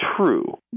true